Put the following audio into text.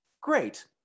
great